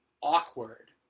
awkward